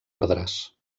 ordres